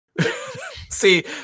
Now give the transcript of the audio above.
See